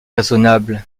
raisonnable